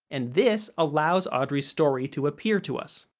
and this allows audrey's story to appear to us.